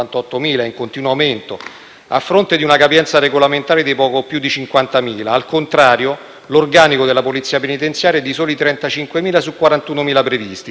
a fronte di una capienza regolamentare di poco più di 50.000. Al contrario, l'organico della polizia penitenziaria è di soli 35.000 unità rispetto alle 41.000 previste, circa il 15